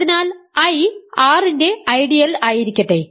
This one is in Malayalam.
അതിനാൽ I R ൻറെ ഐഡിയൽ ആയിരിക്കട്ടെ